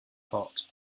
hot